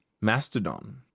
Mastodon